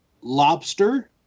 lobster